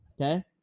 okay